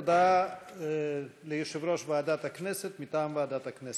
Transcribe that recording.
הודעה ליושב-ראש ועדת הכנסת מטעם ועדת הכנסת.